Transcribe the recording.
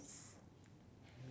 ~ce